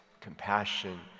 compassion